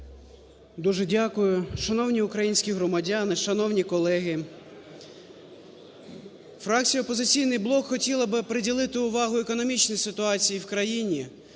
Дуже дякую. Шановні українські громадяни, шановні колеги! Фракція "Опозиційний блок" хотіла б приділити увагу економічній ситуації в країні,